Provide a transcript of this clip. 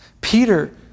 Peter